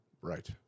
right